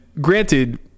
granted